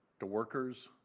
the workers,